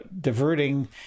diverting